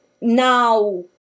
now